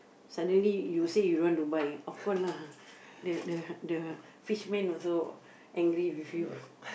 suddenly you say you don't want to buy of course lah the the the fisherman also angry with you